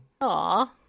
Aw